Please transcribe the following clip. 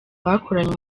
bakoranye